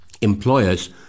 employers